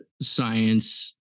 science